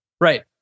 Right